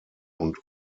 und